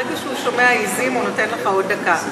ברגע שהוא שומע "עזים" הוא נותן לך עוד דקה.